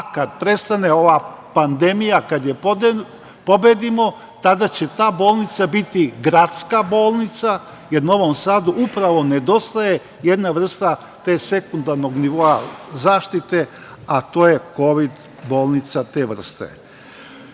a kada prestane ova pandemija, kada je pobedimo, tada će ta bolnica biti gradska bolnica, jer Novom Sadu upravo nedostaje jedna vrsta sekundarnog nivoa zaštite, a to je kovid bolnica te vrste. Drugo,